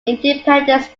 independence